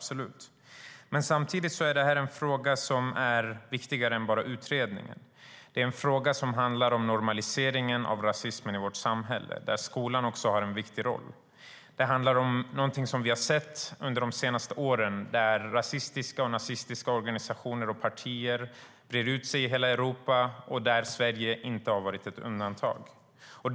Samtidigt är frågan viktigare än vad utredningen kan komma fram till. Det handlar om normaliseringen av rasismen i vårt samhälle - där skolan har en viktig roll. Det handlar om något vi har sett under senare år, nämligen att rasistiska och nazistiska organisationer och partier breder ut sig i hela Europa och där Sverige inte har varit ett undantag.